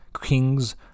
Kings